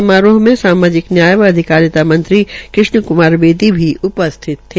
समारोह में सामाजिक न्याय एवं अधिकारिता मंत्री कृष्ण कुमार बेदी भी उपस्थित थे